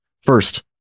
First